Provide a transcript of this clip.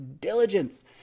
diligence